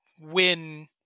win